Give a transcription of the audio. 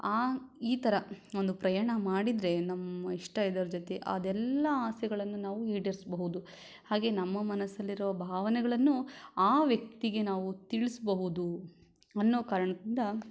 ಆ ಈ ಥರ ಒಂದು ಪ್ರಯಾಣ ಮಾಡಿದರೆ ನಮ್ಮ ಇಷ್ಟ ಇರೋರ ಜೊತೆ ಅದೆಲ್ಲ ಆಸೆಗಳನ್ನು ನಾವು ಈಡೇರಿಸ್ಬಹುದು ಹಾಗೆ ನಮ್ಮ ಮನಸ್ಸಲ್ಲಿರೋ ಭಾವನೆಗಳನ್ನು ಆ ವ್ಯಕ್ತಿಗೆ ನಾವು ತಿಳಿಸ್ಬಹುದು ಅನ್ನೋ ಕಾರಣದಿಂದ